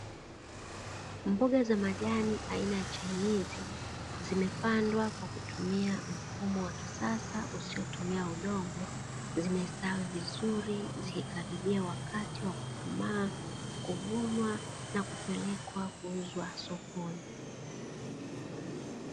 Mboga za majani aina ya chainizi, zimepandwa kwa kutumia mfumo wa kisasa usiotumia udongo, zimestawi vizuri, zikikaribia wakati wa kukomaa, kuvunwa na kupelekwa kuuzwa sokoni.